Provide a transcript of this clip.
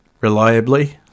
reliably